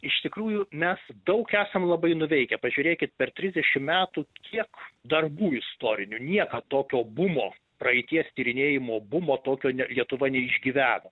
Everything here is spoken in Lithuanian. iš tikrųjų mes daug esam labai nuveikę pažiūrėkit per trisdešim metų kiek darbų istorinių niekad tokio bumo praeities tyrinėjimo bumo tokio ne lietuva neišgyveno